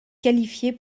qualifié